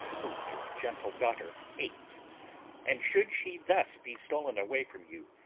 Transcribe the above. whom your gentle daughter hates and should she thus be stol'n away from you,